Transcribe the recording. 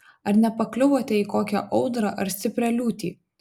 ar nepakliuvote į kokią audrą ar stiprią liūtį